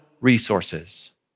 resources